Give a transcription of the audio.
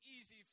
easy